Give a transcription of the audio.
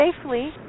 safely